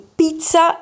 pizza